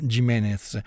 Jimenez